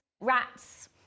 rats